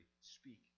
speak